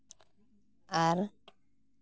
ᱟᱨ